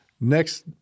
next